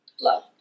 Love